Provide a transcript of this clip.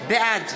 בעד